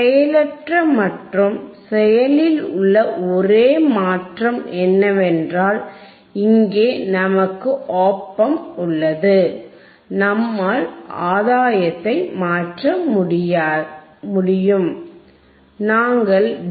செயலற்ற மற்றும் செயலில் உள்ள ஒரே மாற்றம் என்னவென்றால் இங்கே நமக்கு ஒப் ஆம்ப் உள்ளது நம்மால் ஆதாயத்தை மாற்ற முடியும் நாங்கள் டி